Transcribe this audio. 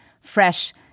fresh